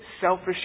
selfish